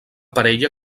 parella